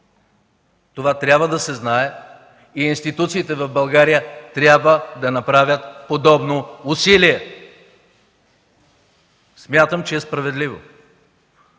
Това трябва да се знае и институциите в България трябва да направят подобно усилие. Смятам, че е справедливо.